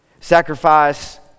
Sacrifice